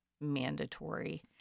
mandatory